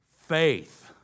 Faith